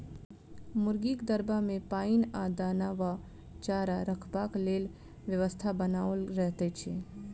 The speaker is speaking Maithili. मुर्गीक दरबा मे पाइन आ दाना वा चारा रखबाक लेल व्यवस्था बनाओल रहैत छै